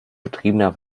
betriebener